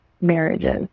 marriages